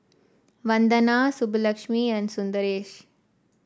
Vandana Subbulakshmi and Sundaresh